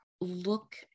look